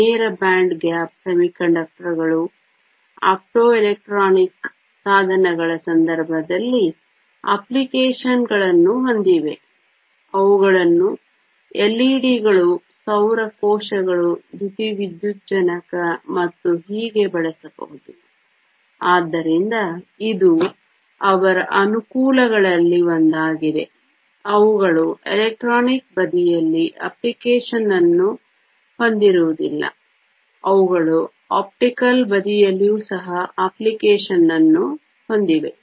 ನೇರ band gap ಅರೆವಾಹಕಗಳು optoelectronic ಸಾಧನಗಳ ಸಂದರ್ಭದಲ್ಲಿ ಅಪ್ಲಿಕೇಶನ್ಗಳನ್ನು ಹೊಂದಿವೆ ಅವುಗಳನ್ನು LEDಗಳು ಸೌರ ಕೋಶಗಳು ದ್ಯುತಿವಿದ್ಯುಜ್ಜನಕ ಮತ್ತು ಹೀಗೆ ಬಳಸಬಹುದು ಆದ್ದರಿಂದ ಇದು ಅವರ ಅನುಕೂಲಗಳಲ್ಲಿ ಒಂದಾಗಿದೆ ಅವುಗಳು ಎಲೆಕ್ಟ್ರಾನಿಕ್ ಬದಿಯಲ್ಲಿ ಅಪ್ಲಿಕೇಶನ್ ಅನ್ನು ಹೊಂದಿರುವುದಿಲ್ಲ ಅವುಗಳು ಆಪ್ಟಿಕಲ್ ಬದಿಯಲ್ಲಿಯೂ ಸಹ ಅಪ್ಲಿಕೇಶನ್ ಅನ್ನು ಹೊಂದಿವೆ